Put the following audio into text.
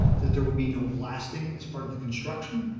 that there would be no blasting as part of the construction.